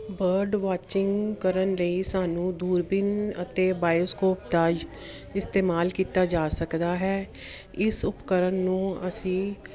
bird watching ਕਰਨ ਲਈ ਸਾਨੂੰ ਦੂਰਬੀਨ ਅਤੇ ਬਾਇਓਸਕੋਪ ਦਾ ਇਸਤੇਮਾਲ ਕੀਤਾ ਜਾ ਸਕਦਾ ਹੈ ਇਸ ਉਪਕਰਨ ਨੂੰ ਅਸੀਂ